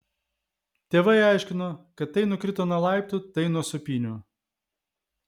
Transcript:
tėvai aiškino kad tai nukrito nuo laiptų tai nuo sūpynių